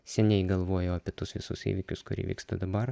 seniai galvojau apie tuos visus įvykius kurie vyksta dabar